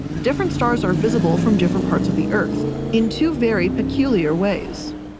different stars are visible from different parts of the earth in two very peculiar ways.